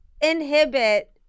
inhibit